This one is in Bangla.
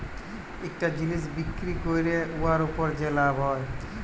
ইকটা জিলিস বিক্কিরি ক্যইরে উয়ার উপর যে লাভ হ্যয়